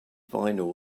vinyl